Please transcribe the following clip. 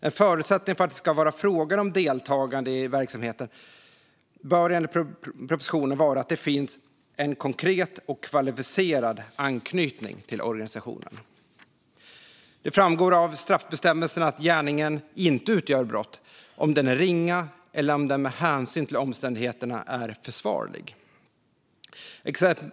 En förutsättning för att det ska vara fråga om deltagande i verksamheten bör enligt propositionen vara att det finns en konkret och kvalificerad anknytning till organisationen. Det framgår av straffbestämmelsen att gärningen inte utgör brott om den är ringa eller om den med hänsyn till omständigheterna är försvarlig.